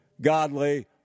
godly